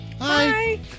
Hi